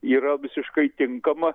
yra visiškai tinkama